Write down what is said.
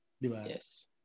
Yes